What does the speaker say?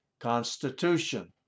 constitution